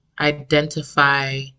identify